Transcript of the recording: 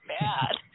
bad